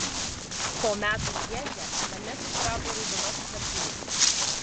po metų lježe mane susirado raudonasis arklys